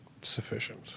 sufficient